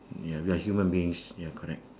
ya we are human beings ya correct